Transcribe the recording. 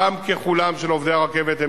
עובדי הרכבת,